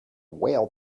whale